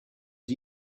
are